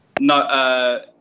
no